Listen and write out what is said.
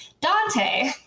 Dante